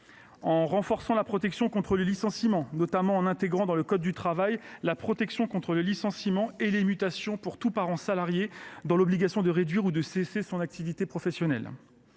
Elle renforce la protection contre le licenciement, en inscrivant dans le code du travail la protection contre le licenciement et les mutations pour tout parent salarié dans l’obligation de réduire ou de cesser son activité professionnelle.